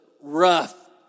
rough